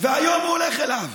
והיום הוא הולך אליו.